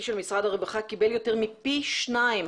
של משרד הרווחה קיבל יותר מפי שניים